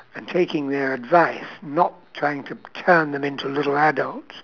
and taking their advice not trying to turn them into little adults